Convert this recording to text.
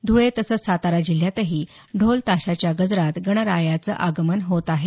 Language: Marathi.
धुळे तसंच सातारा जिल्ह्यातही ढोल ताशाच्या गजरात गणरायाचं आगमन होत आहे